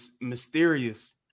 mysterious